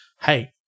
hey